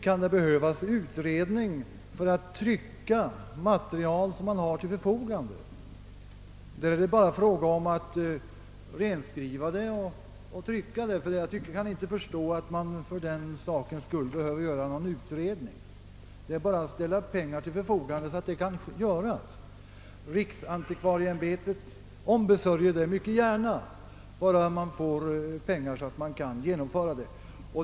Kan det behövas utredning för att trycka material som man har till förfogande? Det är ju bara fråga om att renskriva det och trycka det. Jag kan inte förstå att man för den sakens skull behöver göra någon utredning. Det är bara att ställa pengar till förfogande, så att det kan göras. Riksantikvarieämbetet ombesörjer arbetet mycket gärna bara det får nödvändiga medel.